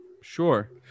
sure